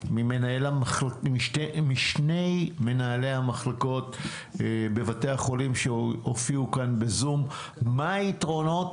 הבנתי משני מנהלי המחלקות בבתי החולים שהופיעו כאן בזום- מה היתרונות